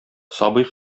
сабый